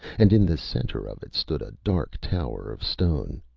and in the center of it stood a dark tower of stone,